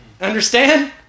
Understand